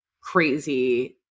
crazy